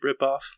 ripoff